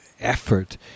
effort